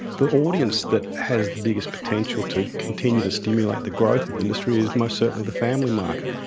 the audience that has the biggest potential to continue to stimulate the growth of the industry is most certainly the family market.